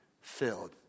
filled